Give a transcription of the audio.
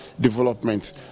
development